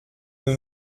nous